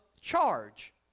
charge